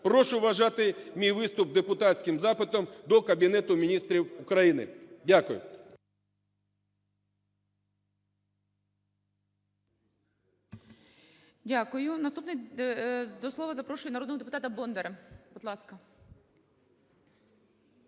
Прошу вважати мій виступ депутатським запитом до Кабінету Міністрів України. Дякую. ГОЛОВУЮЧИЙ. Дякую. Наступний... До слова запрошую народного депутата Бондаря. Будь ласка.